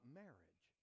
marriage